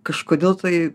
kažkodėl tai